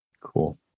Cool